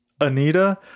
Anita